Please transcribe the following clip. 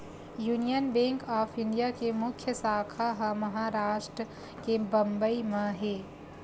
union Bank of India के मुख्य साखा ह महारास्ट के बंबई म हे